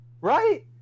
right